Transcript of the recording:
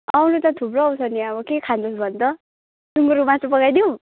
आउन त थुप्रो आउँछ नि अब के खान्छस् भन् त सुँगुरको मासु पकाइदिऊँ